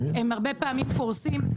הם הרבה פעמים פורסים,